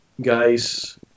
guys